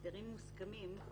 הסדרים מוסכמים.